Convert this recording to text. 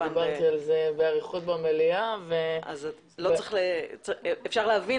דיברתי על זה באריכות במליאה --- אפשר להבין